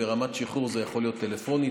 ברמת שחרור זה יכול להיות טלפונית,